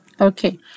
Okay